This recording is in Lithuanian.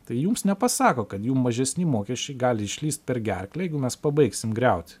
tai jums nepasako kad jum mažesni mokesčiai gali išlįst per gerklę jeigu mes pabaigsim griaut